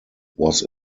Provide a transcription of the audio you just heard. was